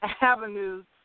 avenues